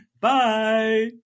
bye